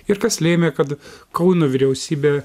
ir kas lėmė kad kauno vyriausybė